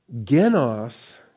Genos